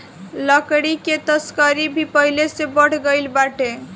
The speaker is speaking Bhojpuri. लकड़ी के तस्करी भी पहिले से बढ़ गइल बाटे